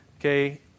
okay